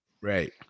right